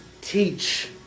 teach